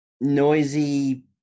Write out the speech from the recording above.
noisy